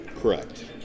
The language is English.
Correct